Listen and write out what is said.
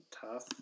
tough